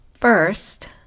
First